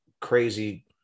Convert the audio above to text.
crazy